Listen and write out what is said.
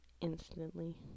instantly